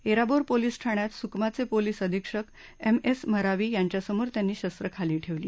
Errabore police ठाण्यात सुकमाचे police अधीक्षक एम एस मरावी यांच्यासमोर त्यांनी शस्त्रं खाली ठेवली